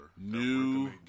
New